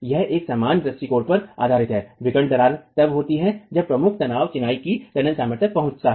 यह एक समान दृष्टिकोण पर आधारित है विकर्ण दरार तब हो रही है जब प्रमुख तनाव चिनाई की तनन सामर्थ्य तक पहुंचता है